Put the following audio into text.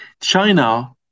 China